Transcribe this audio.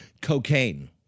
Cocaine